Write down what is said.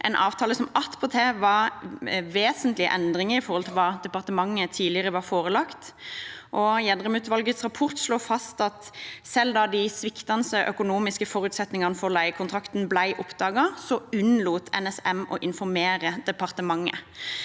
en avtale som attpåtil hadde vesentlige endringer i forhold til hva departementet tidligere var forelagt. Gjedrem-utvalgets rapport slår fast at selv da de sviktende økonomiske forutsetningene for leiekontrakten ble oppdaget, unnlot NSM å informere departementet.